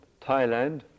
Thailand